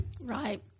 Right